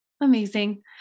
Amazing